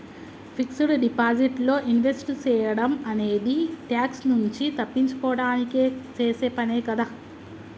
fixed deposit లో invest సేయడం అనేది ట్యాక్స్ నుంచి తప్పించుకోడానికి చేసే పనే కదా